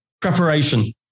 Preparation